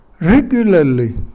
regularly